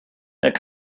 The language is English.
that